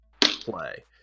play